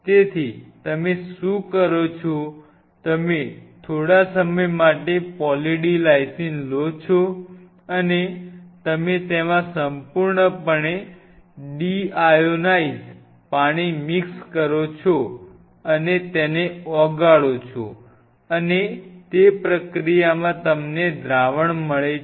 તેથી તમે શું કરો છો તમે થોડા સમય માટે પોલી D લાઈસિન લો છો અને તમે તેમાં સંપૂર્ણપણે ડીયોનાઈઝ્ડ પાણી મિક્સ કરો છો અને તેને ઓગાળો છો અને તે પ્રક્રિયામાં તમને દ્રાવણ મળે છે